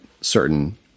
certain